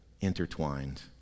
intertwined